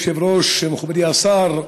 מכובדי היושב-ראש, מכובדי השר,